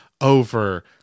over